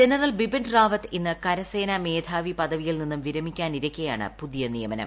general Rawat ഇന്ന് കരസേനാ മേധാവി പദവിയിൽ നിന്നും വിരമിക്കാനിരിക്കെയാണ് പുതിയ നിയമനം